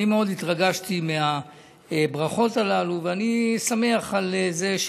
אני מאוד התרגשתי מהברכות הללו, ואני שמח על זה,